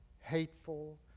hateful